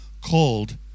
called